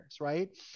right